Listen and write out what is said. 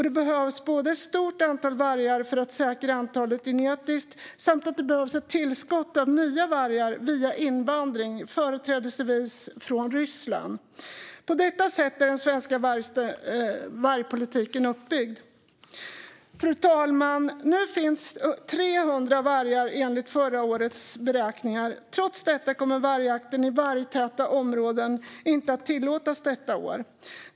Det behövs ett stort antal vargar för att säkra antalet genetiskt. Det behövs också ett tillskott av nya vargar via invandring, företrädesvis från Ryssland. På detta sätt är den svenska vargpolitiken uppbyggd. Fru talman! Nu finns det 300 vargar, enligt förra årets beräkningar. Trots detta kommer vargjakt i vargtäta områden inte att tillåtas detta år.